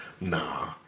Nah